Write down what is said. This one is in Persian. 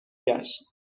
گشت